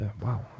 Wow